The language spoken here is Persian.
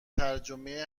ترجمه